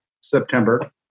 September